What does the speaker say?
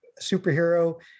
superhero